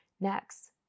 Next